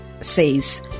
says